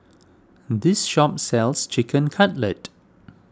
this shop sells Chicken Cutlet